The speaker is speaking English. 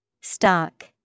Stock